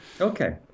Okay